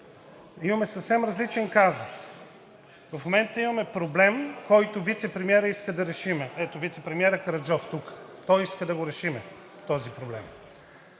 Имаме съвсем различен казус. В момента имаме проблем, който вицепремиерът иска да решим – ето, вицепремиерът Караджов тук, той иска да решим този проблем.